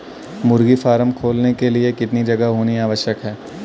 मुर्गी फार्म खोलने के लिए कितनी जगह होनी आवश्यक है?